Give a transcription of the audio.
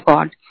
God